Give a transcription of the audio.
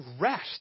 rest